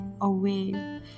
away